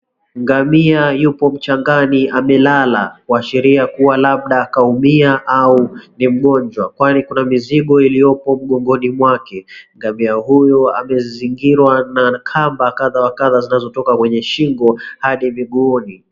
Ngamia yupo mchangani amelala, kuashiria labda kaumia ama ni mgonjwa. kwani kuna mzigo iliyopo mgongoni mwake. Ngamia huyu amezingirwa na kamba kadha wa kadha zinazotoka kwenye shingo hadi mguuni.